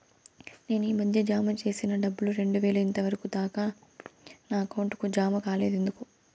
నేను ఈ మధ్య జామ సేసిన డబ్బులు రెండు వేలు ఇంతవరకు దాకా నా అకౌంట్ కు జామ కాలేదు ఎందుకు?